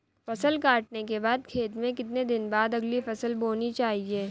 फसल काटने के बाद खेत में कितने दिन बाद अगली फसल बोनी चाहिये?